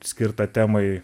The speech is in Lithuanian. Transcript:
skirtą temai